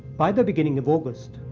by the beginning of august,